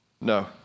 No